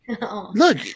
look